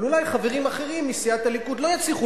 אבל אולי חברים אחרים מסיעת הליכוד לא יצליחו